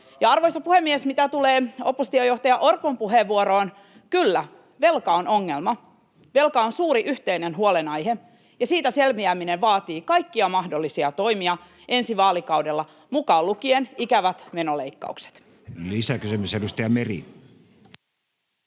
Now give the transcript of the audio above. arvoisa puhemies, mitä tulee oppositiojohtaja Orpon puheenvuoroon, kyllä, velka on ongelma, velka on suuri yhteinen huolenaihe, ja siitä selviäminen vaatii kaikkia mahdollisia toimia ensi vaalikaudella, mukaan lukien ikävät menoleikkaukset. Lisäkysymys, edustaja Meri.